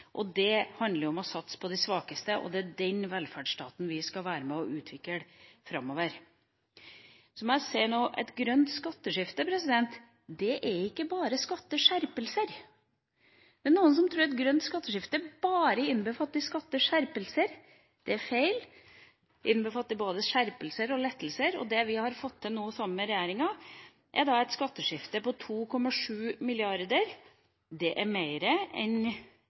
trenger. Det handler om å satse på de svakeste, og det er den velferdsstaten vi skal være med på å utvikle framover. Så må jeg si at grønt skatteskifte ikke bare er skatteskjerpelser. Det er noen som tror at grønt skatteskifte bare innbefatter skatteskjerpelser. Det er feil. Det innbefatter både skjerpelser og lettelser. Det vi har fått til nå sammen med regjeringa, er et skatteskifte på 2,7 mrd. kr. Det er mer enn